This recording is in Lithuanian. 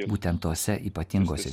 būtent tose ypatingose